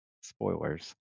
spoilers